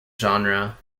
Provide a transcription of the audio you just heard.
genre